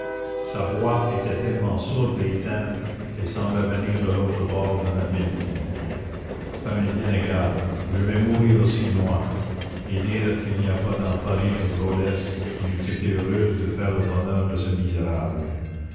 sa voix était tellement sourde et éteinte qu'elle semblait venir de l'autre bord d'un abîme ça m'est bien égal je vais mourir aussi moi et dire qu'il n'y a pas dans paris une drôlesse qui n'eût été heureuse de faire le bonheur de ce misérable